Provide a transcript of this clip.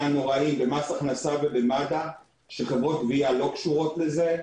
נוראיים במס הכנסה ובמד"א שחברות גבייה לא קשורות לזה,